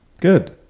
Good